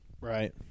Right